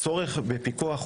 הצורך בפיקוח,